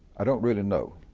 i don't really know.